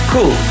Cool